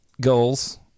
Goals